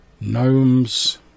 gnomes